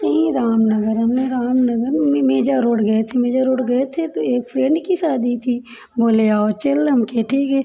यहीं रामनगर हमने रामनगर मे मेजा रोड गए थे मेजा रोड गए थे तो एक फ्रेंड की शादी थी बोले आओ चल लो हम कहे ठीक है